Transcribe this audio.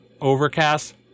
Overcast